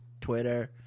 twitter